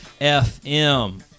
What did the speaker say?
FM